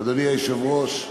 אדוני היושב-ראש,